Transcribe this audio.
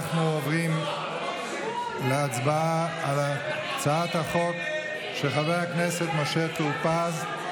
אנחנו עוברים להצבעה על הצעת החוק של חבר הכנסת משה טור פז,